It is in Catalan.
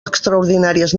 extraordinàries